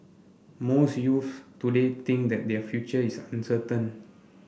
most youths today think that their future is uncertain